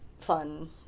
fun